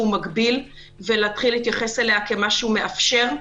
מגביל ולהתחיל להתייחס אליה כמשהו מאפשר.